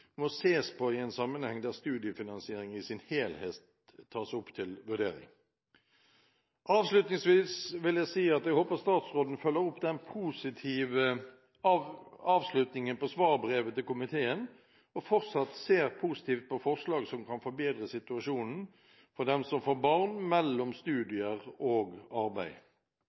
må ses på i en sammenheng der studiefinansiering i sin helhet tas opp til vurdering. Avslutningsvis vil jeg si at jeg håper statsråden følger opp den positive avslutningen på svarbrevet til komiteen og fortsatt ser positivt på forslag som kan forbedre situasjonen for dem som får barn mellom studier og arbeid.